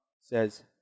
says